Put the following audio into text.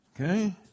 okay